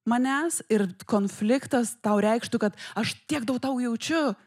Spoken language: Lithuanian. manęs ir konfliktas tau reikštų kad aš tiek daug tau jaučiu